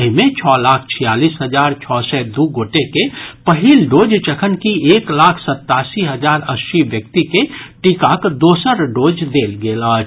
एहि मे छओ लाख छियालीस हजार छओ सय दू गोटे के पहिल डोज जखनकि एक लाख सत्तासी हजार अस्सी व्यक्ति के टीकाक दोसर डोज देल गेल अछि